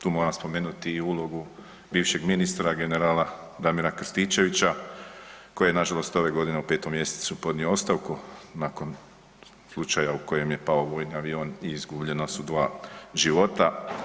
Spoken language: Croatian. Tu moram spomenuti i ulogu bivšeg ministra generala Damira Krstičevića koji je na žalost ove godine u 5. mjesecu podnio ostavku nakon slučaja u kojem je pao vojni avion i izgubljena su dva života.